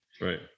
Right